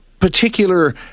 particular